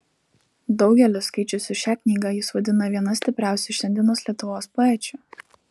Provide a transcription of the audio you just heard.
daugelis skaičiusių šią knygą jus vadina viena stipriausių šiandienos lietuvos poečių